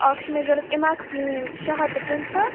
اَکھ چھِ مےٚ ضروٗرت اٮ۪ماکسِلیٖن شےٚ ہتھ تہٕ پٍنٛژٕہ